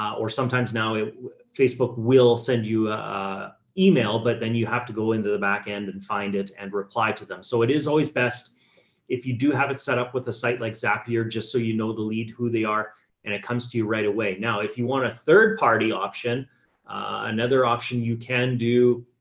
or sometimes now facebook will send you a email, but then you have to go into the backend and find it and reply to them. so it is always best if you do have it set up with a site like zapier, just so you know, the lead, who they are and it comes to you right away. now, if you want a third party option, a another option you can do,